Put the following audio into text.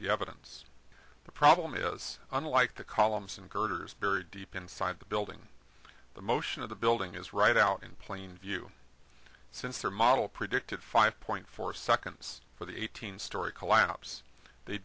the evidence the problem is unlike the columns and girders buried deep inside the building the motion of the building is right out in plain view since their model predicted five point four seconds for the eighteen story collapse they